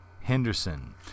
henderson